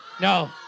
No